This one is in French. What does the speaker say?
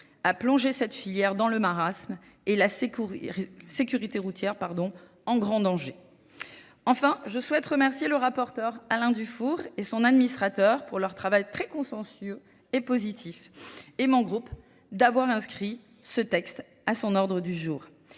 à plonger cette filière dans le marasme et la sécurité routière en grand danger. Enfin, je souhaite remercier le rapporteur Alain Dufour et son administrateur pour leur travail très consensueux et positif et mon groupe d'avoir inscrit ce texte à son ordre du jour.